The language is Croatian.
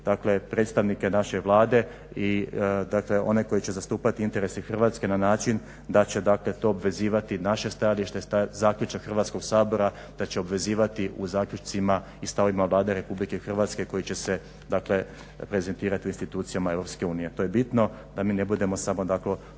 predstavnike naše Vlade i one koji će zastupati interese Hrvatske na način da će to obvezivati naše stajalište zaključak Hrvatskog sabora, da će obvezivati u zaključcima i stavovima Vlade RH koji će se prezentirati u institucijama EU. To je bitno da mi ne budemo samo tu